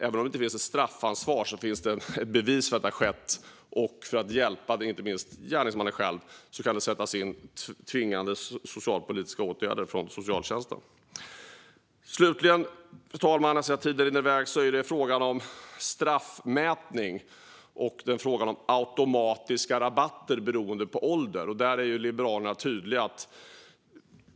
Även om det inte finns ett straffansvar finns det då bevis för att det har skett. Och för att hjälpa inte minst gärningsmannen själv kan det sättas in tvingande socialpolitiska åtgärder från socialtjänsten. Fru talman! Jag vill också ta upp frågan om straffmätning och frågan om automatiska rabatter beroende på ålder. Där är Liberalerna tydliga.